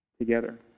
Together